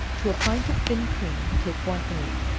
to a pint of thin cream, take one egg,